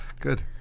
good